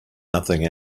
nothing